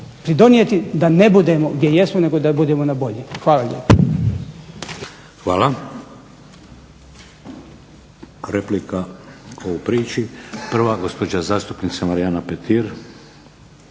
pridonijeti da ne budemo gdje jesmo nego da budemo na bolje. Hvala lijepo. **Šeks, Vladimir (HDZ)** Hvala. Replika ko u priči. Prva, gospođa zastupnica Marijana Petir.